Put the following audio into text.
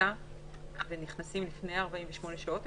הטיסה ונכנסים לפני 48 השעות,